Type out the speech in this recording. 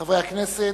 חברי הכנסת,